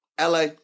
LA